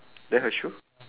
then her shoe